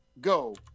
go